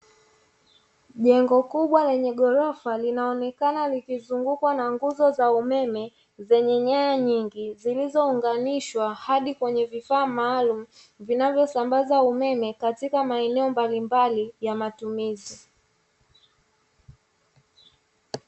Jengo kubwa lenye ghorofa linaoneka likuzungukwa na nguzo za umeme zenye nyaya nyingi zilizo unganishwa hadi kwenye vifaa maalumu vinavyo sambaza umeme katika maeneo mbalimbali y a matumizi.